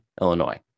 Illinois